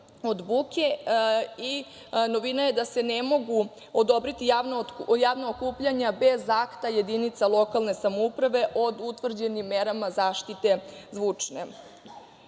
i novina je da se ne mogu odobriti javna okupljanja bez akta jedinice lokalne samouprave o utvrđenim merama zaštite